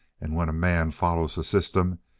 and when a man follows a system,